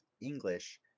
English